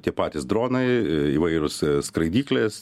tie patys dronai įvairūs skraidyklės